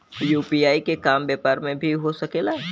UPI के काम व्यापार में भी हो सके ला?